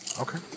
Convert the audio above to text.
okay